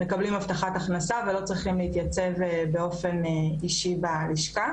מקבלים הבטחת הכנסה ולא צריכים להתייצב באופן אישי בלשכה